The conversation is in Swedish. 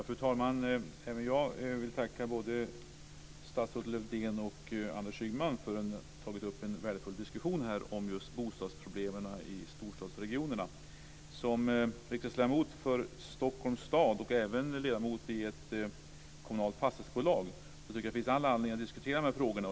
Fru talman! Även jag vill tacka både statsrådet Lövdén och Anders Ygeman för att de tagit upp en värdefull diskussion om just bostadsproblemen i storstadsregionerna. Som riksdagsledamot för Stockholms stad, och även ledamot i ett kommunalt fastighetsbolag, tycker jag att det finns all anledning att diskutera de här frågorna.